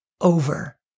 over